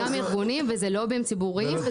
זה גם ארגונים וזה לובים ציבוריים.